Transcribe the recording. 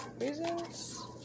reasons